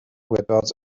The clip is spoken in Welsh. wybod